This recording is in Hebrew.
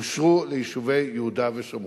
אושרו ליישובי יהודה ושומרון,